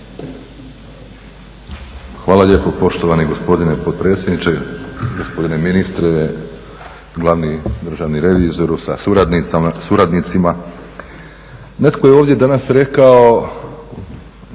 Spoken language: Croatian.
Hvala lijepo poštovani gospodine potpredsjedniče. Gospodine ministre, glavni državni revizoru sa suradnicima. Netko je ovdje danas rekao